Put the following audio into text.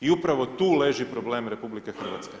I upravo tu leži problem RH.